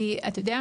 כי אתה יודע,